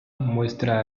muestra